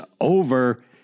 over